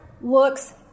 looks